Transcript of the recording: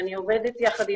אני עובדת עם